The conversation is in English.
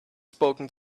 spoken